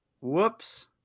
Whoops